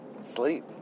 sleep